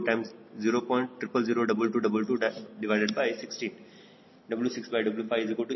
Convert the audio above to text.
03333 W6W50